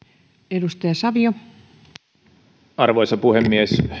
arvoisa puhemies